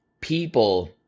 people